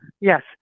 yes